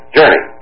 journey